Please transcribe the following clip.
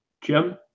jim